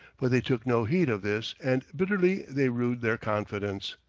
but they took no heed of this and bitterly they rued their confidence.